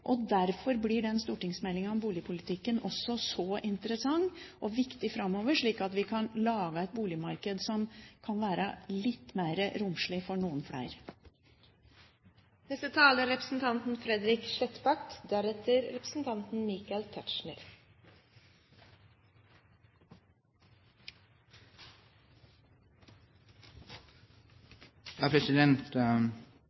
og derfor blir stortingsmeldingen om boligpolitikken også så interessant og viktig framover, slik at vi kan lage et boligmarked som kan være litt mer romslig for noen flere.